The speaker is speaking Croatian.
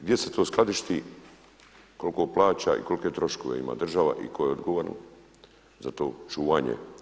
Gdje se to skladišti, koliko plaće i kolike troškove ima država i tko je odgovoran za to čuvanje?